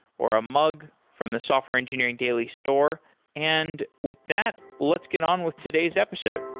or a mug from the software engineering daily store and with that, let's get on with today's episode